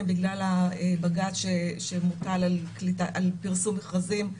בגלל הבג"ץ שמוטל על פרסום מכרזים,